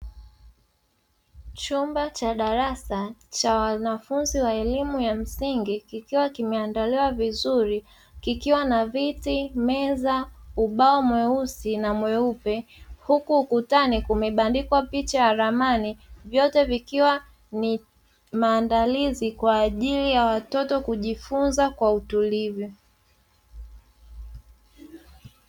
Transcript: Chumba cha darasa cha wanafunzi wa elimu ya msingi kikiwa kimeandaliwa vizuri kikiwa na viti meza ubao mweusi na mweupe, huku ukutani kumebandikwa picha ya ramani vyote vikiwa ni maandalizi kwa ajili ya watoto kujifunza kwa utulivu.